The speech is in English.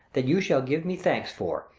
that you shall give me thanks for,